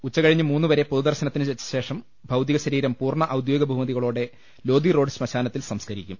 ഉച്ചക ഴിഞ്ഞ് മൂന്നു വരെ പൊതുദർശനത്തിന് വെച്ച ശേഷം ഭൌതിക ശരീരം പൂർണ്ണ ഔദ്യോഗിക ബഹുമതികളോടെ ലോധി റോഡ് ശ്മശാനത്തിൽ സംസ്കരിക്കും